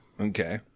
Okay